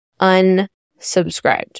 unsubscribed